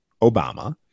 Obama